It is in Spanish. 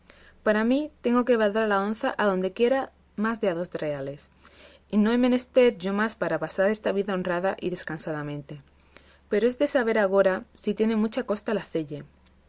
para mí tengo que valdrá la onza adondequiera más de a dos reales y no he menester yo más para pasar esta vida honrada y descansadamente pero es de saber agora si tiene mucha costa el hacelle